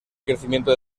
crecimiento